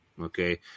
Okay